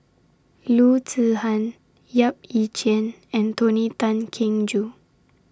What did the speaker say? Loo Zihan Yap Ee Chian and Tony Tan Keng Joo